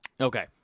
Okay